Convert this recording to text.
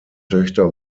töchter